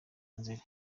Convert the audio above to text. nzeri